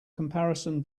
comparison